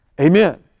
Amen